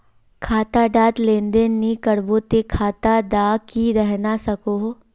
खाता डात लेन देन नि करबो ते खाता दा की रहना सकोहो?